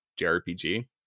JRPG